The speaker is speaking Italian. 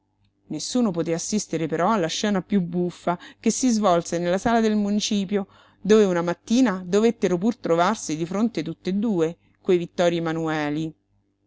nessuno poté assistere però alla scena piú buffa che si svolse nella sala del municipio dove una mattina dovettero pur trovarsi di fronte tutt'e due quei vittorii emanueli